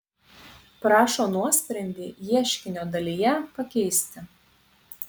prašo nuosprendį ieškinio dalyje pakeisti